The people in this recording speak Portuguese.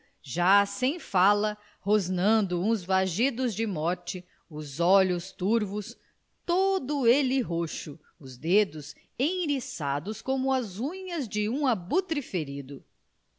já sem fala rosnando uns vagidos de morte os olhos turvos todo ele roxo os dedos enriçados como as unhas de abutre ferido